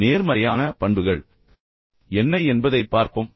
நேர்மறையான பண்புகள் என்ன என்பதைப் பார்ப்போம்